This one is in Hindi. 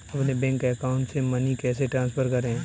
अपने बैंक अकाउंट से मनी कैसे ट्रांसफर करें?